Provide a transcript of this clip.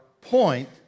point